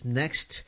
next